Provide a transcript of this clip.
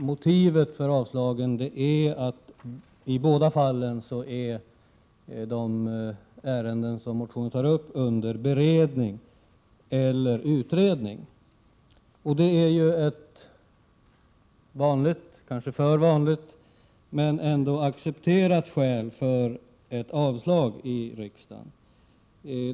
Motivet för avstyrkandena är i båda fallen att de ärenden som tas upp i motionerna är under beredning eller utredning. Det är ju ett vanligt, kanske för vanligt, men ändå accepterat skäl för ett avslag i riksdagen.